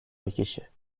بکشه